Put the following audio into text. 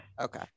okay